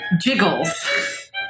Jiggles